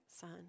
son